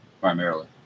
primarily